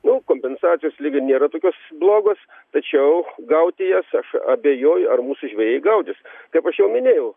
nu kompensacijos lyg ir nėra tokios blogos tačiau gauti jas aš abejoju ar mūsų žvejai gaudys kaip aš jau minėjau